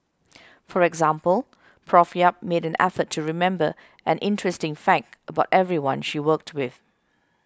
for example Prof Yap made an effort to remember an interesting fact about everyone she worked with